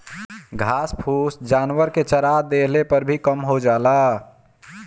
घास फूस जानवरन के चरा देहले पर भी कम हो जाला